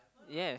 yes